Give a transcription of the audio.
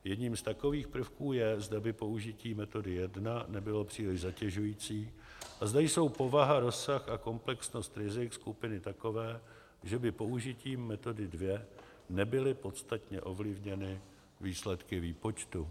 Jedním z takových prvků je, zda by použití metody jedna nebylo příliš zatěžující a zda jsou povaha, rozsah a komplexnost rizik skupiny takové, že by použitím metody dvě nebyly podstatně ovlivněny výsledky výpočtu.